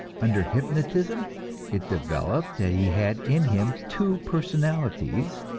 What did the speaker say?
under hypnotism it developed that he had in him two personalities,